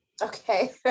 Okay